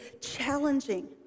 challenging